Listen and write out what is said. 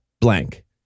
blank